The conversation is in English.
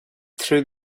through